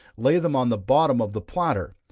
lay them on the bottom of the platter,